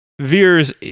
Veers